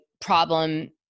problem